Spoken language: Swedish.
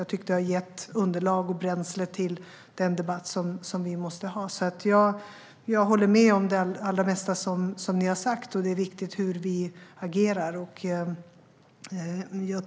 Jag tycker att det har gett underlag och bränsle till den debatt som vi måste ha. Jag håller med om det allra mesta som ni har sagt. Det är viktigt hur vi agerar.